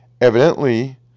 evidently